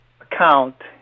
account